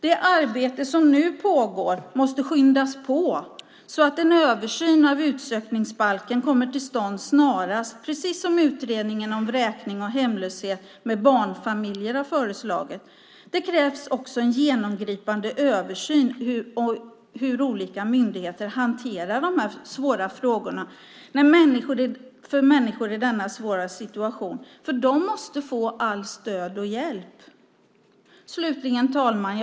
Det arbete som nu pågår måste skyndas på så att en översyn av utsökningsbalken snarast kommer till stånd, precis som Utredningen om vräkning och hemlöshet bland barnfamiljer har föreslagit. Dessutom krävs en genomgripande översyn av hur olika myndigheter hanterar dessa svåra frågor. Människorna i denna svåra situation måste få allt stöd och all hjälp. Herr talman!